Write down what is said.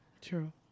True